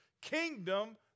kingdom